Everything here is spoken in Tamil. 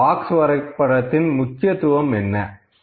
இந்த பாக்ஸ் வரைபடத்தின் முக்கியத்துவம் என்ன